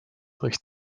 recht